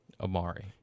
Amari